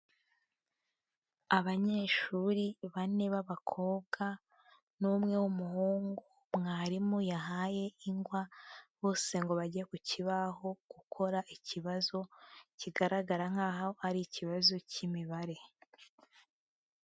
Abanyeshuri bane b'abakobwa, n'umwe w'umuhungu, mwarimu yahaye ingwa bose ngo bajye ku kibaho, gukora ikibazo, kigaragara nk'aho ari ikibazo cy'imibare.